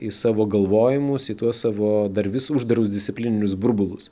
į savo galvojimus į tuos savo dar vis uždarus disciplininius burbulus